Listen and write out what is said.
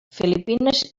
filipines